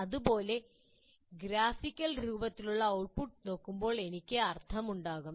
ഇതുപോലെ ഈ ഗ്രാഫിക്കൽ രൂപത്തിലുള്ള ഔട്ട്പുട്ട് നോക്കുമ്പോൾ എനിക്ക് അർത്ഥമുണ്ടാകും